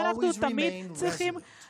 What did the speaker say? אנחנו צריכים